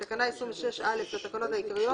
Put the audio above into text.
"תיקון תקנה 26 11. בתקנה 26(א) לתקנות העיקריות,